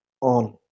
on